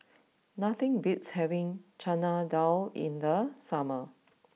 nothing beats having Chana Dal in the summer